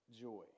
joy